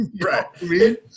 Right